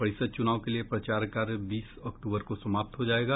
परिषद चुनाव के लिए प्रचार कार्य बीस अक्टूबर को समाप्त हो जायेगा